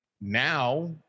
now